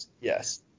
yes